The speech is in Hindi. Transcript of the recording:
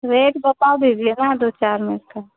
वेट बताओ बेबी का दो चार मिनट का